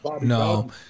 no